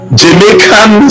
jamaican